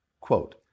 Quote